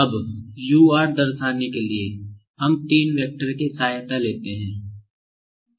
अब U R दर्शाने के लिए हम तीन वैक्टर की सहायता लेते हैं